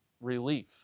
relief